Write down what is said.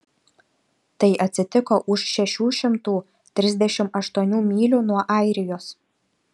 tai atsitiko už šešių šimtų trisdešimt aštuonių mylių nuo airijos